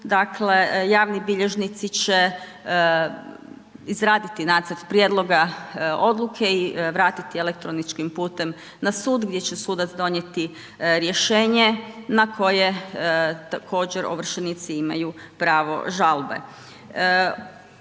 javni bilježnici će izraditi nacrt prijedloga odluke i vratiti elektroničkim putem na sud gdje će sudac donijeti rješenje na koje također ovršenici imaju pravo žalbe.